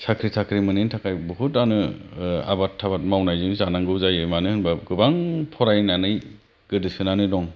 साख्रि थाख्रि मोनैनि थाखाय बहुदानो आबाद जथाबाद मावनानै जानांगौ जायो मानो होनबा गोबां फरायनानै गोदोसोनानै दं